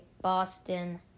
Boston